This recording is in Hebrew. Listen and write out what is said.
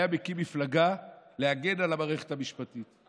עודד פורר היה ראש הלוחמים נגד מועצת הלול ומועצת החלב